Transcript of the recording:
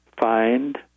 find